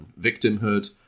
victimhood